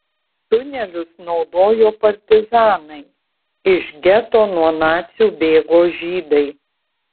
tunelius naudojo partizanai iš geto nuo nacių bėgo žydai